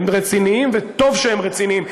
הם רציניים, וטוב שהם רציניים.